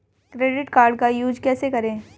Credit card का use कैसे करें?